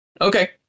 Okay